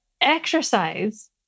exercise